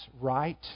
right